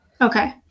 Okay